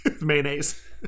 Mayonnaise